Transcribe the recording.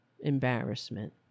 embarrassment